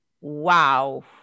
wow